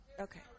Okay